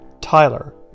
Tyler